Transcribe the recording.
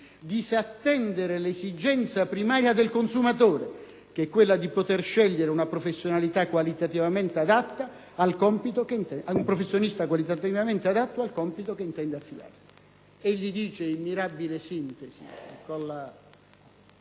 disattendere l'esigenza primaria del consumatore, che è quella di poter scegliere un professionista qualitativamente adatto al compito che intende affidargli». Egli dice in mirabile sintesi, con